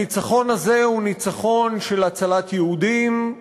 הניצחון הזה הוא ניצחון של הצלת יהודים,